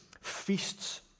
feasts